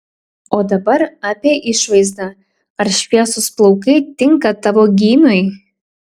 o dabar apie išvaizdą ar šviesūs plaukai tinka tavo gymiui